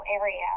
area